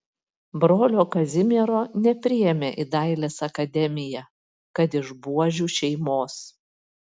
brolio kazimiero nepriėmė į dailės akademiją kad iš buožių šeimos